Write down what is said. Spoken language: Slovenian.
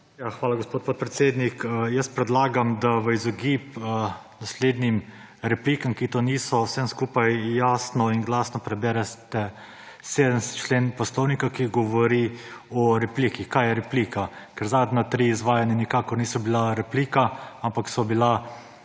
Hvala, gospod podpredsednik. Jaz predlagam, da v izogib naslednjim replikam, ki to niso vsem skupaj jasno in glasno preberete 70. člen Poslovnika, ki govori o repliki, kaj je replika, ker zadnja tri izvajanja nikakor niso bila replika, ampak so bila